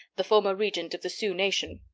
the former regent of the sioux nation.